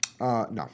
No